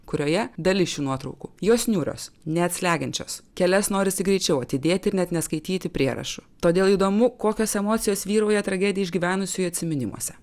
kurioje dalis šių nuotraukų jos niūrios net slegiančios kelias norisi greičiau atidėti ir net neskaityti prierašų todėl įdomu kokios emocijos vyrauja tragediją išgyvenusiųjų atsiminimuose